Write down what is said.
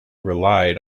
relied